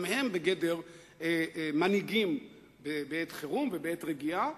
גם הם בגדר מנהיגים בעת חירום ובעת רגיעה.